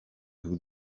who